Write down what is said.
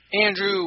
Andrew